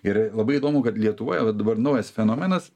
ir labai įdomu kad lietuvoje vat dabar naujas fenomenas